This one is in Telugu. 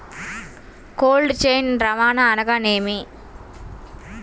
కోల్డ్ చైన్ రవాణా అనగా నేమి?